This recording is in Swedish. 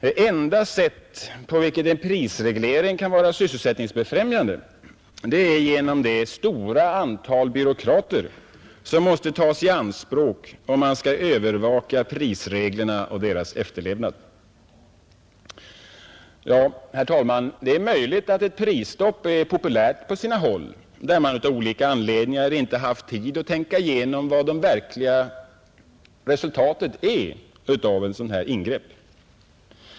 Det enda sätt på vilket en prisreglering kan vara sysselsättningsbefrämjande, är genom det stora antal byråkrater som måste tas i anspråk för att övervaka prisreglerna och deras efterlevnad. Herr talman! Ett prisstopp är kanske popuärt på sina håll, där man av olika anledningar inte haft tid att tänka igenom vad ett sådant ingrepp egentligen innebär.